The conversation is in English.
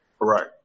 right